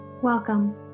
Welcome